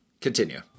continue